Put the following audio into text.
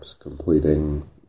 Completing